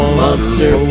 monster